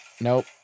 Nope